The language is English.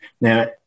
Now